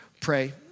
pray